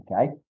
okay